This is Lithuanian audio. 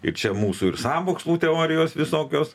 ir čia mūsų ir sąmokslo teorijos visokios